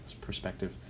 perspective